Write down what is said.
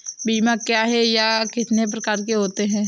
बीमा क्या है यह कितने प्रकार के होते हैं?